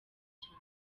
cyane